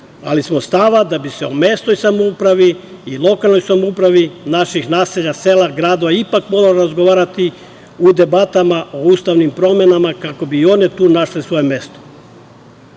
ali smo stava da bi se o mesnoj samoupravi i lokalnoj samoupravi naših naselja, sela i gradova ipak moralo razgovarati u debatama o ustavnim promenama kako bi i one naše tu svoje mesto.